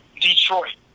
Detroit